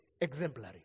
exemplary